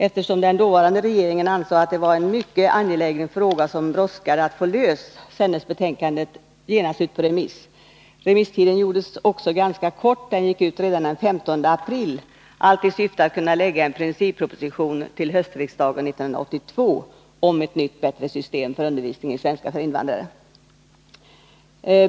Eftersom den dåvarande regeringen ansåg att det var en mycket angelägen fråga som det brådskade att få löst, sändes betänkandet genast ut på remiss. Remisstiden gjordes också ganska kort, den gick ut redan den 15 april, allt i syfte att man till höstsessionen 1982 skulle kunna lägga fram en principproposition om ett nytt, bättre system för undervisning i svenska för invandrare.